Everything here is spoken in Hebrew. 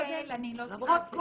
--- סליחה, יעל, לא סיימתי.